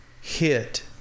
hit